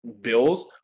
Bills